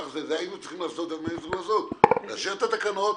היינו צריכים לעשות, לאשר את התקנות,